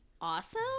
awesome